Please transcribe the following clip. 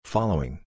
Following